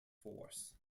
force